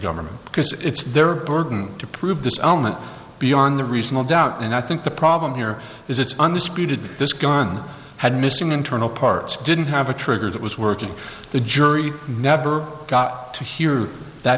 government because it's their burden to prove this element beyond the reasonable doubt and i think the problem here is it's undisputed that this gun had missing internal parts didn't have a trigger that was working the jury never got to hear that